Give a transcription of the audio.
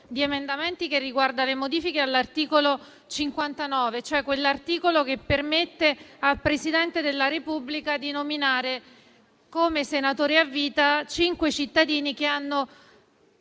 di emendamenti, che riguarda le modifiche all'articolo 59, cioè quell'articolo che permette al Presidente della Repubblica di nominare, come senatori a vita, cinque cittadini che hanno